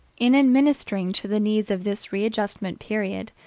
in administering to the needs of this readjustment period,